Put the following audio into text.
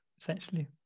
essentially